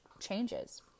changes